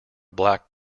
black